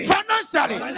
Financially